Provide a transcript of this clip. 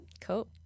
Cool